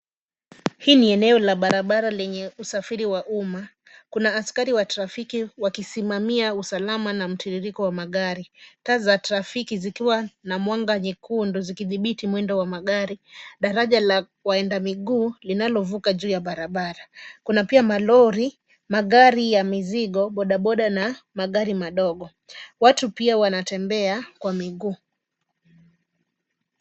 Hii ni eneo la barabara lenye usafiri wa umma. Kuna askari wa trafiki wakisimamia usalama na mtiririko wa magari. Taa za trafiki zikiwa na mwanga nyekundu, zikidhibiti mwendo wa magari. Daraja la waenda miguu linalovuka juu ya barabara. Kuna pia malori, magari ya mizigo, bodaboda na magari madogo. Watu pia wanatembea kwa miguu.